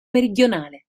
meridionale